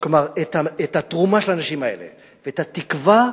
את התרומה של האנשים האלה ואת התקווה